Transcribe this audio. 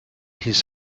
his